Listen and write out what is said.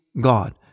God